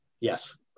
Yes